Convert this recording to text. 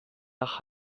nach